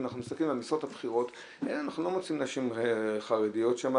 אם אנחנו מסתכלים על המשרות הבכירות אנחנו לא מוצאים נשים חרדיות שם,